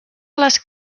les